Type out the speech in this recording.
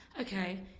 okay